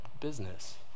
business